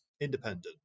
independent